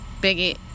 bigot